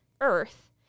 earth